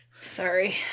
Sorry